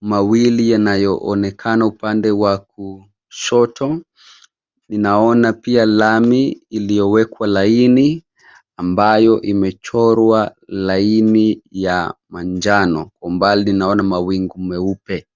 mawili yanayoonekana upande wa kushoto, Ninaona pia lami iliyowekwa laini ambayo imechorwa laini ya majano. Kwa mbali naona mawingu meupe.